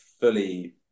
fully